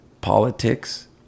Politics